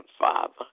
Father